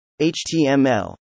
HTML